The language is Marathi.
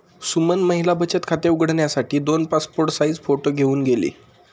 सुमन महिला बचत खाते उघडण्यासाठी दोन पासपोर्ट साइज फोटो घेऊन गेली